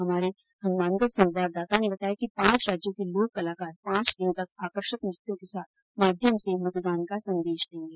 हमारे हनुमानगढ़ सवाददाता ने बताया कि पांच राज्यों के लोककलाकार पांच दिनों तक आकर्षक नृत्यों के माध्यम से मतदान का संदेश देंगे